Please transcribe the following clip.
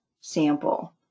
sample